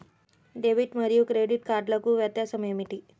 Debit మరియు credit కార్డ్లకు వ్యత్యాసమేమిటీ?